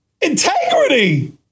Integrity